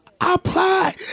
apply